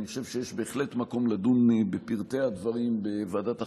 אני חושב שבהחלט יש מקום לדון בפרטי הדברים בוועדת החוקה,